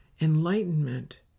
enlightenment